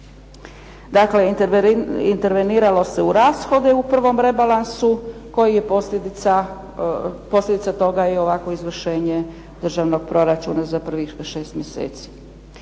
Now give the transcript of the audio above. Dakle, interveniralo se u rashode u prvom rebalansu, a posljedica toga je i ovakvo izvršenje državnog proračuna za prvih šest mjeseci.